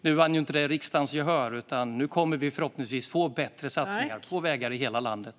Nu vann inte detta förslag riksdagens gehör, utan nu kommer vi att förhoppningsvis få bättre satsningar på vägar i hela landet.